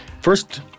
first